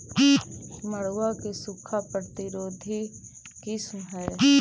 मड़ुआ के सूखा प्रतिरोधी किस्म हई?